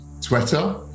Twitter